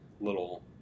little